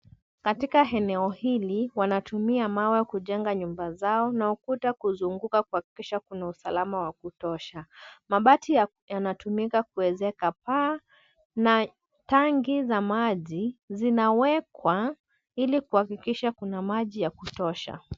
Katika eneo hili, wanatumia mawe kujenga nyumba zao na ukuta kuzunguka kuhakikisha kuna usalama wa kutosha. Mabati yanatumika kuezeka paa na tanki za maji zinawekwa ili kuhakikisha kuna maji ya kutosha.